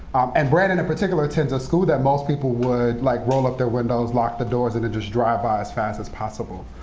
and brandon, in particular, attends a school that most people would, like, roll up their windows, lock the doors, and just drive by as fast as possible.